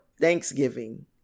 Thanksgiving